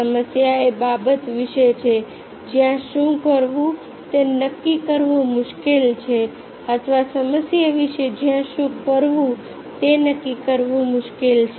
સમસ્યા એ બાબત વિશે છે જ્યાં શું કરવું તે નક્કી કરવું મુશ્કેલ છે અથવા સમસ્યા વિશે જ્યાં શું કરવું તે નક્કી કરવું મુશ્કેલ છે